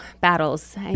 battles